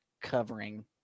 covering